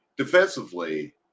Defensively